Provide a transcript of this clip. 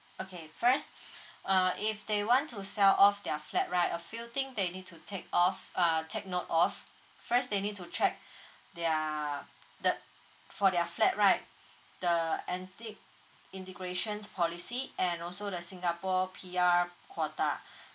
okay first uh if they want to sell off their flat right a few thing they need to take off uh take note of first they need to check their the for their flat right the anti integrations policy and also the singapore P_R quota